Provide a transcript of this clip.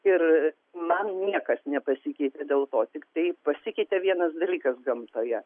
ir man niekas nepasikeitė dėl to tiktai pasikeitė vienas dalykas gamtoje